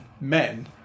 men